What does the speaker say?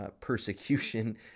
persecution